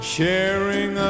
Sharing